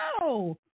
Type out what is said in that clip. No